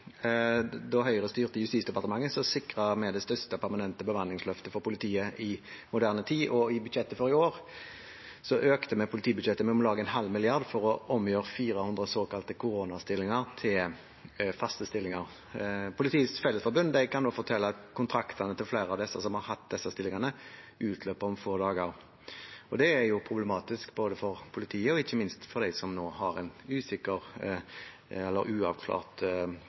i moderne tid, og i budsjettet for i år økte vi politibudsjettet med nærmere 0,5 mrd. kr for å omgjøre 400 såkalte koronastillinger til faste stillinger. Politiets fellesforbund kan nå fortelle at kontraktene til flere av dem som har hatt slik stilling, utløper om få dager – og det er problematisk både for politiet og ikke minst for dem som nå har en